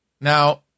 Now